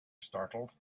startled